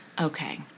Okay